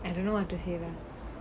I don't know what to say lah